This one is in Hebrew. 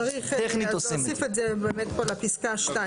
צריך להוסיף את זה לפסקה (2),